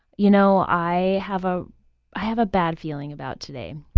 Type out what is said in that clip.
you know, i have ah i have a bad feeling about today